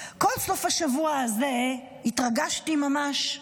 כל סוף השבוע הזה התרגשתי ממש,